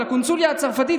על הקונסוליה הצרפתית,